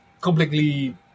completely